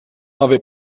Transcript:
nove